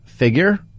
figure